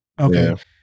okay